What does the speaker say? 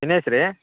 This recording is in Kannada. ದಿನೇಶ್ ರೀ